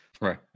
right